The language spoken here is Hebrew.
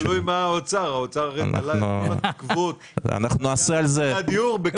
תלוי מה האוצר --- אנחנו נעשה על זה דיון נפרד.